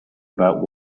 about